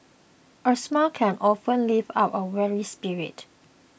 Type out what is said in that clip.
a smile can often lift up a weary spirit